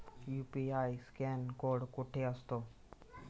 UPI scan code कुठे असतो?